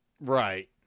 Right